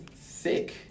Sick